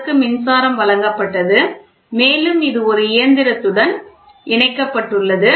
அதற்கு மின்சாரம் வழங்கப்பட்டது மேலும் இது ஒரு இயந்திரத்துடன் இணைக்கப்பட்டுள்ளது